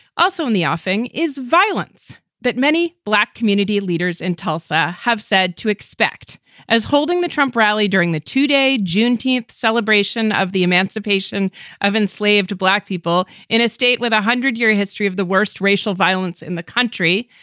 also in the offing is violence that many black community leaders in tulsa have said to expect as holding the trump rally during the two day juneteenth celebration of the emancipation of enslaved black people in a state with one ah hundred year history of the worst racial violence in the country.